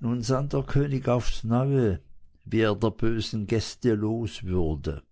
nun sann der könig aufs neue wie er der bösen gäste los würde